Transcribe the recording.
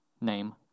name